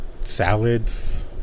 salads